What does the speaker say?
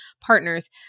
partners